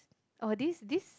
oh this this